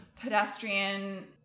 pedestrian